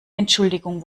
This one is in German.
entschuldigung